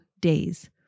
days